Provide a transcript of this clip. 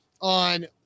on